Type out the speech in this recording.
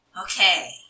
Okay